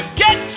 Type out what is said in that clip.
get